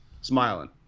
Smiling